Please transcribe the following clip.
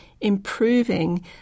improving